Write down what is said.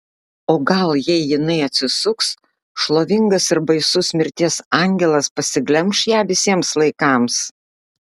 o gal jei jinai atsisuks šlovingas ir baisus mirties angelas pasiglemš ją visiems laikams